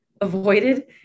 avoided